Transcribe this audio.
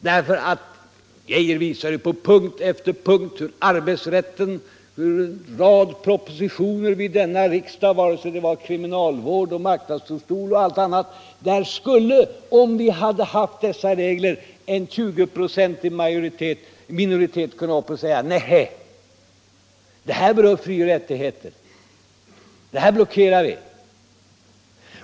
Lennart Geijer visade ju på punkt efter punkt — det gäller arbetsrätten, en rad propositioner vid denna riksdag om kriminalvård, marknadsdomstol och annat — att om vi hade haft denna regel, så skulle en 20-procentig minoritet kunna stå upp och säga: Nej, detta berör frioch rättigheter; det blockerar vi!